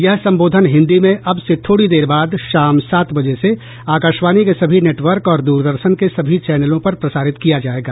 यह संबोधन हिन्दी में अब से थोड़ी देर बाद शाम सात बजे से आकाशवाणी के सभी नेटवर्क और दूरदर्शन के सभी चैनलों पर प्रसारित किया जायेगा